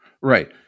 Right